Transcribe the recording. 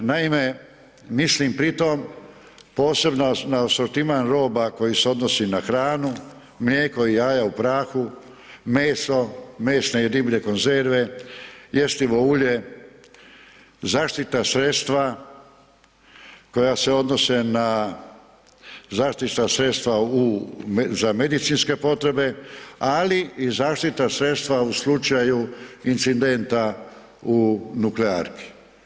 Naime, mislim pri tom posebno na asortiman roba koji se odnosi na hranu, mlijeko i jaja u prahu, meso, mesne i divlje konzerve, jestivo ulje, zaštita sredstva koja se odnose na zaštitna sredstva za medicinske potrebe, ali i zaštitna sredstva u slučaju incidenta u nuklearki.